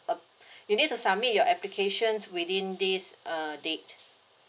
you need to submit your applications within this err date